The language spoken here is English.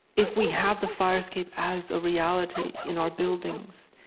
if we have the fire escape as a reality in our buildings,